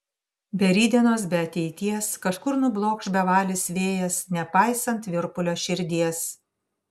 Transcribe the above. be rytdienos be ateities kažkur nublokš bevalis vėjas nepaisant virpulio širdies